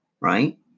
right